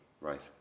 Right